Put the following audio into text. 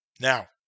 Now